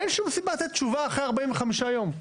אין שום סיבה לתת תשובה אחרי 45 יום.